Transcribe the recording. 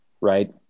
right